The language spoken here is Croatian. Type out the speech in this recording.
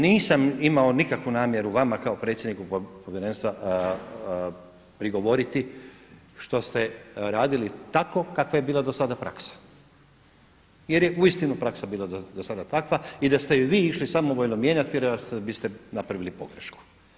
Nisam imao nikakvu namjeru vama kao predsjedniku povjerenstva prigovoriti što ste radili tako kakva je do sada bila praksa jer je uistinu praksa bila do sada takva i da ste je vi išli samovoljno mijenjati, vjerojatno biste napravili pogrešku.